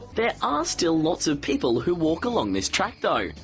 there are still lots of people who walk along this track though,